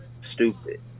Stupid